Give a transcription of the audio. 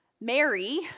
Mary